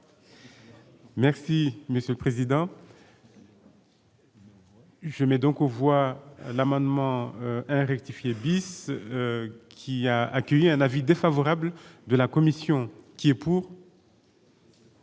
Merci mais ce président. Je n'ai donc on voit l'amendement rectifier bis qui a accueilli un avis défavorable de la commission qui est pour.